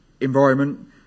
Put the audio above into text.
environment